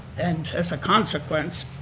and as a consequence